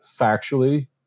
factually